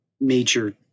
major